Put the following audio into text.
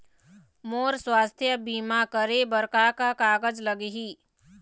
मोर स्वस्थ बीमा करे बर का का कागज लगही?